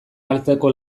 arteko